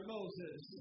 Moses